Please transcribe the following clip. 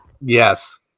Yes